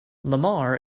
lamar